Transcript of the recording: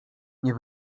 nie